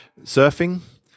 surfing